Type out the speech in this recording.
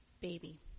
baby